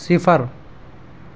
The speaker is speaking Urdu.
صفر